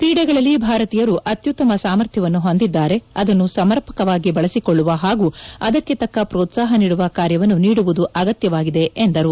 ಕ್ರೀಡೆಗಳಲ್ಲಿ ಭಾರತೀಯರು ಅತ್ಯುತ್ತಮ ಸಾಮರ್ಥ್ಯವನ್ನು ಹೊಂದಿದ್ದಾರೆ ಅದನ್ನು ಸಮರ್ಪಕವಾಗಿ ಬಳಸಿಕೊಳ್ಳುವ ಹಾಗೂ ಅದಕ್ಕೆ ತಕ್ಕ ಪ್ರೋತ್ಸಾಹ ನೀಡುವ ಕಾರ್ಯವನ್ನು ನೀಡುವುದು ಅತ್ಯಗತ್ಯವಾಗಿದೆ ಎಂದರು